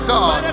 God